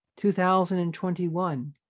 2021